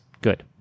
good